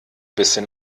bisschen